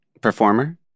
performer